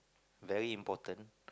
very important